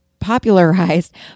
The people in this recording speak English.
popularized